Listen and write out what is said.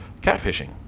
catfishing